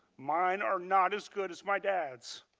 mind are not as good as my dad's.